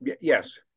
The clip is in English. yes